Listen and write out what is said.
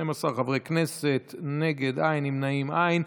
12 חברי כנסת, נגד, אין, נמנעים, אין.